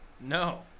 No